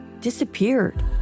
disappeared